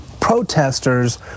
protesters